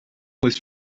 this